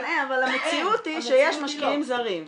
אבל המציאות היא שיש משקיעים זרים.